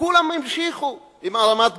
וכולם המשיכו עם הרמת גבה.